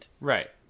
right